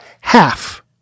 half